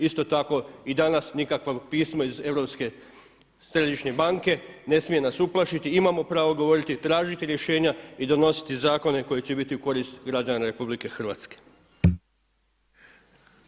Isto tako i danas nikakvo pismo iz Europske središnje banke ne smije nas uplašiti, imamo pravo govoriti i tražiti rješenja i donositi zakone koji će biti u korist građana Republike Hrvatske.